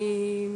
מבחינת פליטות?